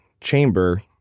chamber